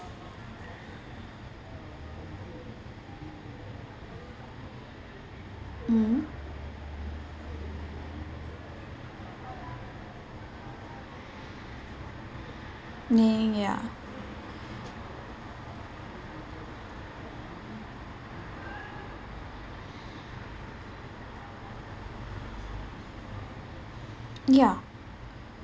mm ya ya